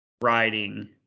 Riding